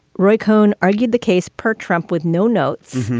roy cohn argued the case per trump with no notes,